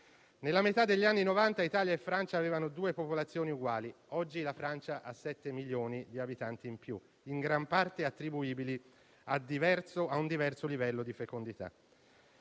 Nella metà degli anni Novanta Italia e Francia avevano due popolazioni uguali, oggi la Francia ha 7 milioni di abitanti in più, in gran parte attribuibili a un diverso livello di fecondità